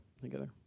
together